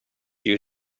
you